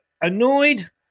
annoyed